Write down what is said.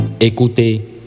Écoutez